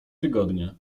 tygodnie